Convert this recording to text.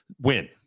win